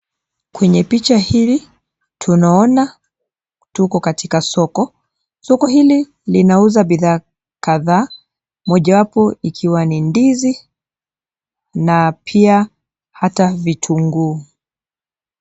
Kwenye picha hili, tunaona tuko katika soko. Soko hili linauza bidhaa kadhaa mojawapo ikiwa ni ndizi na pia hata vitunguu.